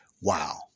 Wow